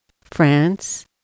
France